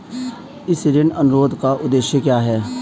इस ऋण अनुरोध का उद्देश्य क्या है?